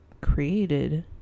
created